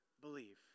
believe